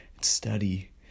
study